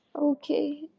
Okay